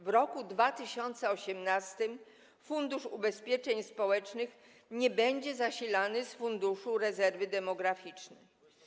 W roku 2018 Fundusz Ubezpieczeń Społecznych nie będzie zasilany z Funduszu Rezerwy Demograficznej.